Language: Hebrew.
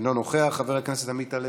אינו נוכח, חבר הכנסת עמית הלוי,